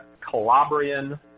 Calabrian